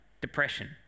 Depression